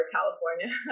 California